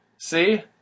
See